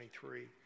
2023